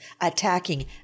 attacking